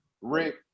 Rick